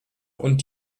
und